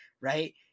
right